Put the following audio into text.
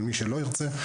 אבל מי שלא ירצה,